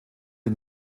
den